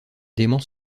dément